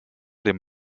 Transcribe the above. dem